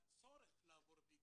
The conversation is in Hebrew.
מהצורך לעבור בדיקות.